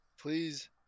Please